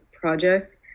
project